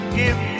give